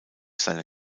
seine